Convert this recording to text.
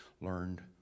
learned